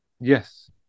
yes